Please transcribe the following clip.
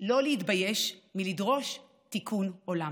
לא להתבייש לדרוש תיקון עולם,